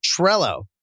Trello